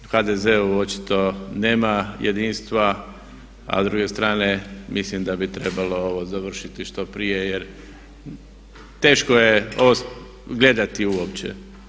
U HDZ-u očito nema jedinstva a s druge strane mislim da bi trebalo ovo završiti što prije jer teško je ovo gledati uopće.